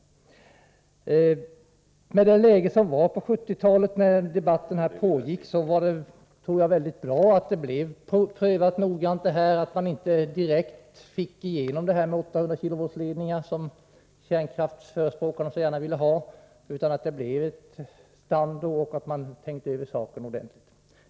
I det läge som rådde på 1970-talet, när debatten här pågick, var det nog väldigt bra att det skedde en noggrann prövning och man inte direkt fick igenom 800 kV-ledningar, som kärnkraftsförespråkarna så gärna ville ha, utan det blev ett stando och man tänkte över saken ordentligt.